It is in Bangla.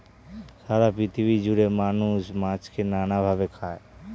সারা পৃথিবী জুড়ে মানুষ মাছকে নানা ভাবে খায়